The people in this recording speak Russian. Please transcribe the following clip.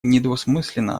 недвусмысленно